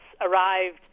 arrived